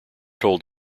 told